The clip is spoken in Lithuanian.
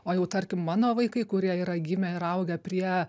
o jau tarkim mano vaikai kurie yra gimę ir augę prie